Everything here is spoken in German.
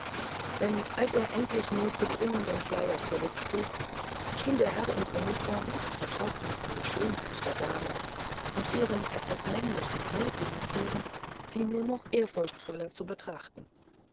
denn als er endlich notgedrungen den schleier zurückschlug schien der herr in uniform betroffen von der schönheit der dame und ihren etwas männlichen mutigen zügen sie nur noch ehrfurchtsvoller zu betrachten